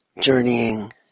journeying